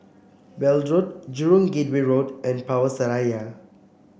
Weld Road Jurong Gateway Road and Power Seraya